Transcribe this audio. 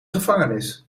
gevangenis